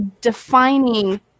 defining